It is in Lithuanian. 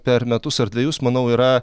per metus ar dvejus manau yra